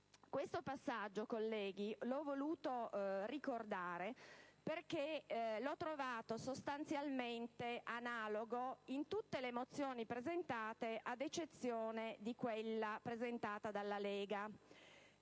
questo passaggio, colleghi, perché l'ho trovato sostanzialmente analogo in tutte le mozioni presentate, ad eccezione di quella presentata dalla Lega.